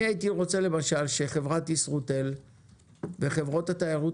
הייתי רוצה למשל שחברת ישרוטל וחברות התיירות